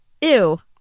Ew